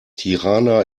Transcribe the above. tirana